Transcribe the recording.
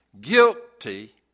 Guilty